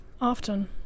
Often